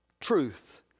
Truth